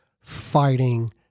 fighting